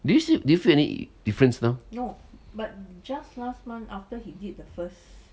do you do you see any difference now